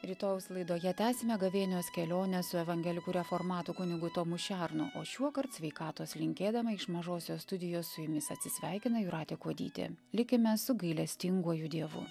rytojaus laidoje tęsime gavėnios kelionę su evangelikų reformatų kunigu tomu šernu o šiuokart sveikatos linkėdama iš mažosios studijos su jumis atsisveikina jūratė kuodytė likime su gailestinguoju dievu